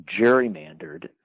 gerrymandered